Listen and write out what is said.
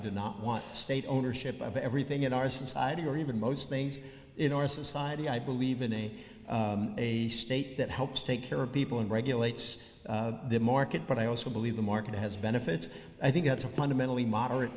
do not want state ownership of everything in our society or even most things in our society i believe in me a state that helps take care of people and regulates the market but i also believe the market has benefits i think that's a fundamentally moderate